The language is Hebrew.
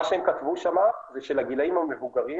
מה שהם כתבו שם זה שלגילאים המבוגרים